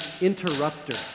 interrupter